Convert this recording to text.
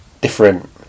different